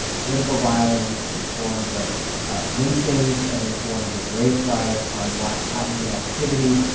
political violence in the forms of lynchings and in the forms of race riots on black patenting activity.